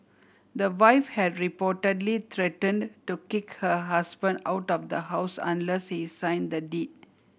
the wife had reportedly threatened to kick her husband out of the house unless he signed the deed